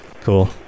Cool